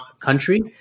country